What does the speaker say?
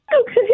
Okay